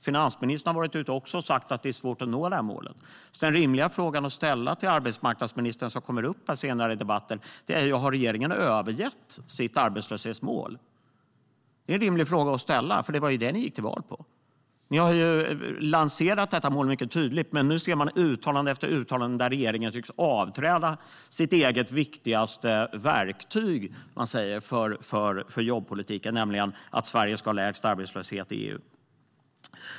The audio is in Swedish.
Finansministern har också varit ute och sagt att det är svårt att nå målet. Den rimliga frågan att ställa till arbetsmarknadsministern, som senare kommer upp här i debatten, är: Har regeringen övergett sitt arbetslöshetsmål? Det är en rimlig fråga att ställa. Det var det ni gick till val på. Ni har lanserat detta mål mycket tydligt. Men nu ser man uttalande efter uttalande där regeringen tycks avträda sitt eget viktigaste verktyg för jobbpolitiken, nämligen målet att Sverige ska ha lägst arbetslöshet i EU.